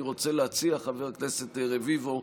אני רוצה להציע, חבר הכנסת רביבו,